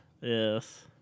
Yes